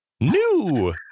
new